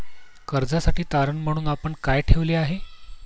कर्जासाठी तारण म्हणून आपण काय ठेवले आहे?